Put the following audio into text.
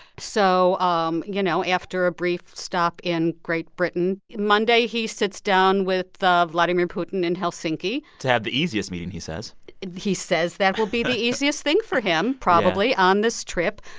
so, um you know, after a brief stop in great britain, monday, he sits down with vladimir putin in helsinki to have the easiest meeting, he says he says that will be the easiest thing for him, probably, on this trip.